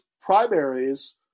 primaries